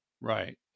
Right